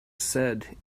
said